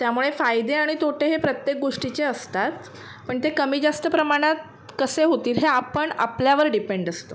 त्यामुळे फायदे आणि तोटे हे प्रत्येक गोष्टीचे असतात पण ते कमी जास्त प्रमाणात कसे होतील हे आपण आपल्यावर डिपेंड असतो